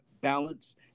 balance